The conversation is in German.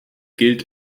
gilt